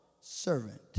servant